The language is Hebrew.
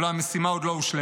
אולם המשימה עוד לא הושלמה.